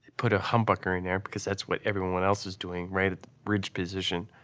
put a humbucker in there because that's what everyone else was doing, right at the bridge position.